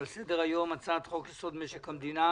על סדר-היום: הצעת חוק-יסוד: משק המדינה